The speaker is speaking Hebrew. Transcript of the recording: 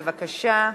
בבקשה.